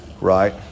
Right